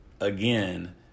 again